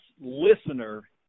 listener